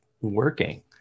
working